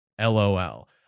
LOL